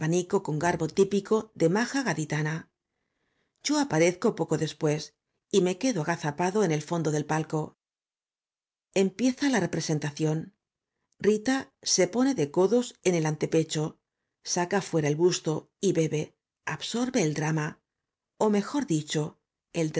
con garbo típico de maja gaditana yo aparezco poco después y me quedo agazapado en el fondo del palco empieza la representación rita se pone de codos en el antepecho saca fuera el busto y bebe absorbe el drama ó mejor dicho el